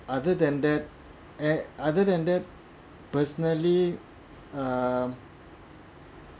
other than that err other than that personally um